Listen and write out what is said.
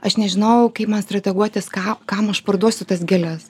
aš nežinojau kaip man strateguotis ką kam aš parduosiu tas gėles